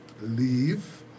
leave